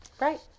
Right